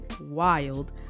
wild